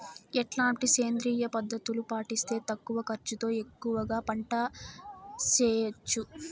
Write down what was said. ఎట్లాంటి సేంద్రియ పద్ధతులు పాటిస్తే తక్కువ ఖర్చు తో ఎక్కువగా పంట చేయొచ్చు?